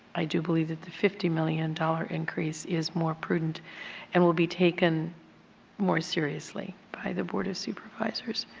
i do believe the fifty million dollars increase is more prudent and will be taken more seriously by the board of supervisors.